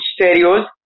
stereos